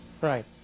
Right